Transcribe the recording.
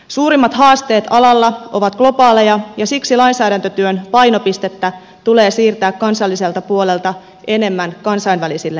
suurimmat haasteet alalla ovat globaaleja ja siksi lainsäädäntötyön painopistettä tulee siirtää kansalliselta puolelta enemmän kansainvälisille areenoille